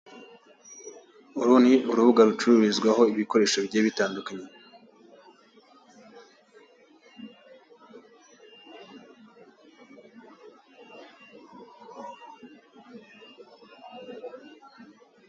Uru ni urubuga rucururizwaho ibikoresho bigiye bitandukanye.